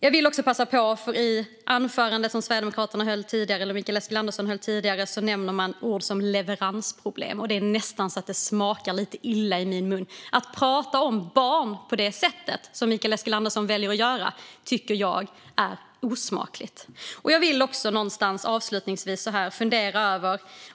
Jag vill också passa på att påpeka att Mikael Eskilandersson i sitt anförande använde ord som leveransproblem. Det är nästan så att det smakar lite illa i min mun. Att prata om barn på det sätt som Mikael Eskilandersson väljer att göra tycker jag är osmakligt. Jag har avslutningsvis en fundering.